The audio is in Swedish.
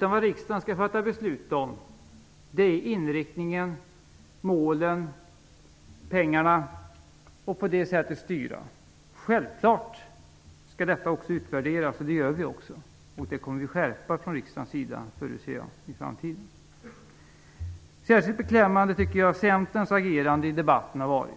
Vad riksdagen skall fatta beslut om är i stället inriktningen, målen och pengarna för att på det sättet styra. Självklart skall detta utvärderas, och det gör vi också. Där förutser jag att det kommer en skärpning från riksdagens sida i framtiden. Särskilt beklämmande tycker jag att Centerns agerande i debatten varit.